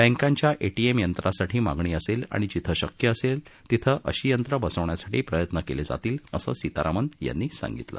बँकाच्या एटीएम यंत्रासाठी मागणी असेल आणि जिथं शक्य असेल तिथं अशी यंत्र बसवण्यासाठी प्रयत्न केले जातील असं सीतारामन यांनी सांगितलं